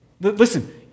listen